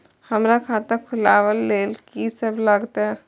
हमरा खाता खुलाबक लेल की सब लागतै?